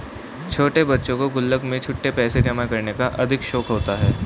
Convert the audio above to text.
छोटे बच्चों को गुल्लक में छुट्टे पैसे जमा करने का अधिक शौक होता है